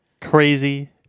crazy